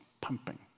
pumping